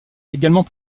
également